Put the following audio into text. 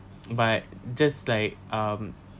but just like um